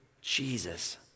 Jesus